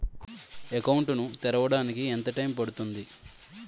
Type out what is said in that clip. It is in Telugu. అకౌంట్ ను తెరవడానికి ఎంత టైమ్ పడుతుంది?